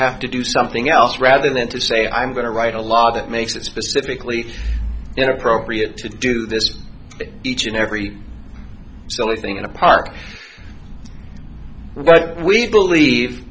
have to do something else rather than to say i'm going to write a law that makes it specifically inappropriate to do this each and every silly thing in a park we believe